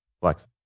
Flex